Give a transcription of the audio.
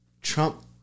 Trump